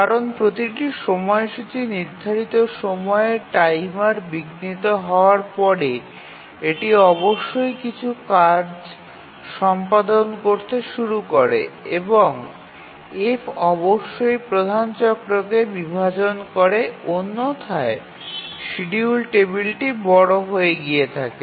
কারণ প্রতিটি সময়সূচি নির্ধারিত সময়ের টাইমার বিঘ্নিত হওয়ার পরে এটি অবশ্যই কিছু কাজ সম্পাদন করতে শুরু করে এবং F অবশ্যই প্রধান চক্রকে বিভাজন করে অন্যথায় শিডিউল টেবিলটি বড় হয়ে গিয়ে থাকে